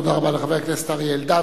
תודה רבה לחבר הכנסת אריה אלדד.